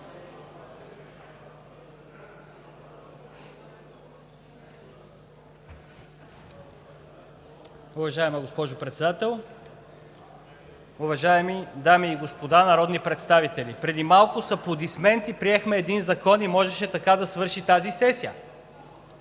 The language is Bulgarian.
Уважаема госпожо Председател, уважаеми дами и господа народни представители! Преди малко с аплодисменти приехме един закон и можеше така да свърши тази сесия,